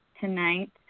tonight